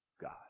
God